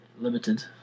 limited